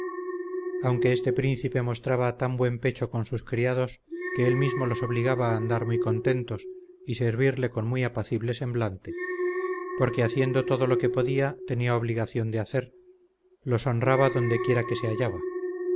aunque este príncipe mostraba tan buen pecho con sus criados que él mismo los obligaba a andar muy contentos y servirle con muy apacible semblante porque haciendo todo lo que podía tenía obligación de hacer los honraba donde quiera que se hallaba